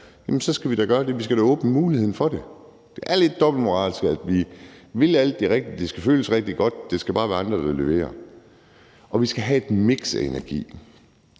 så skal vi da gøre det. Vi skal da åbne muligheden for det. Det er lidt dobbeltmoralsk, at vi vil alt det rigtige, og at det skal føles rigtig godt, men at det bare skal være andre, der leverer. Vi skal have et miks af energi.